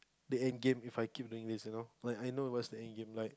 the end game If I keep doing this you know like I know what's the end game like